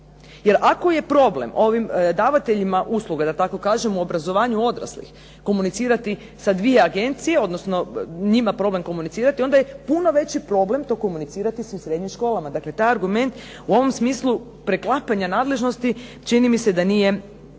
Jer ako je problem ovim davateljima usluga, da tako kažem, u obrazovanju odraslih komunicirati sa 2 agencije, odnosno njima problem komunicirati, onda je puno veći problem to komunicirati sa srednjim školama. Dakle, taj argument u ovom smislu preklapanja nadležnosti čini mi se da nije